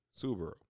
Subaru